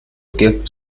gift